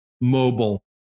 mobile